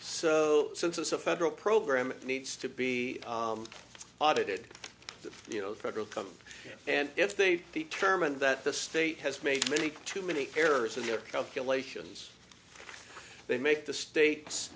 so since it's a federal program it needs to be audited that you know federal come and if they determine that the state has made many too many errors in their calculations they make the state